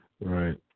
Right